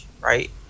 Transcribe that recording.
right